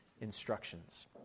instructions